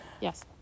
Yes